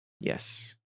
Yes